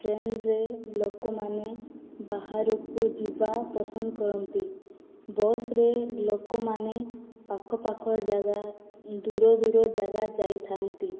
ଟ୍ରେନ୍ରେ ଲୋକମାନେ ବାହାରକୁ ଯିବା ପସନ୍ଦ କରନ୍ତି ବସ୍ରେ ଲୋକମାନେ ପାଖପାଖୁଆ ଜାଗା ଦୂର ଦୂର ଜାଗା ଯାଇଥାନ୍ତି